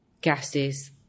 gases